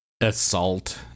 assault